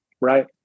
right